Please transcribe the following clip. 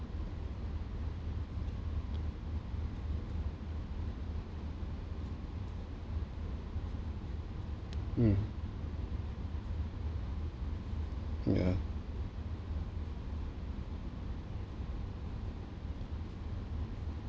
mm yeah